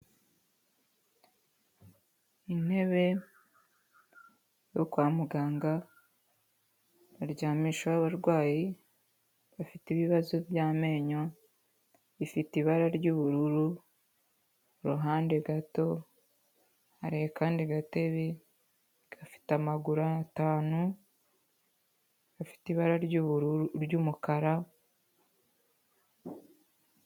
Intebe yo kwa muganga baryamishaho abarwayi bafite ibibazo by'amenyo, ifite ibara ry'ubururu, iruhande gato hari akandi gatebe gafite amaguru atanu afite ibara ry'ubururu ry'umukara.